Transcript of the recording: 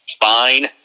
fine